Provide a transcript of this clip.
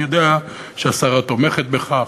אני יודע שהשרה תומכת בכך,